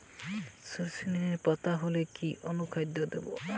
সরর্ষের নিলচে বেগুনি পাতা হলে কি অনুখাদ্য দেবো?